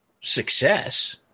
success